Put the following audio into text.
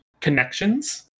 connections